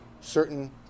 certain